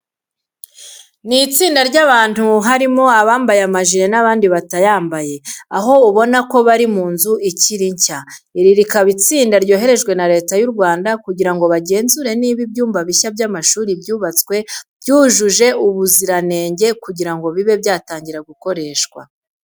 Ni itsinda ry'abantu harimo abambaye amajire n'abandi batayambaye, aho ubona ko bari mu nzu ikiri nshya. Iri rikaba ari itsinda ryoherejwe na Leta y'u Rwanda kugira ngo bagenzure niba ibyumba bishya by'amashuri byubatswe byujuje ubuziranenge kugira ngo bibe byatangira gukoreshwa.